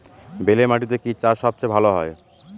বেলে মাটিতে কি চাষ সবচেয়ে ভালো হয়?